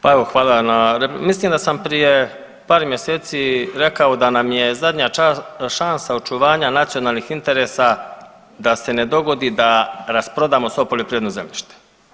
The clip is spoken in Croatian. Pa evo hvala na, mislim da sam prije par mjeseci rekao da nam je zadnja šansa očuvanja nacionalnih interesa da se ne dogodi da rasprodamo svo poljoprivredno zemljište.